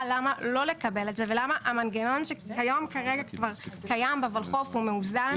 למה לא לקבל את זה ולמה המנגנון שכיום כרגע כבר קיים בולחו"ף הוא מאוזן,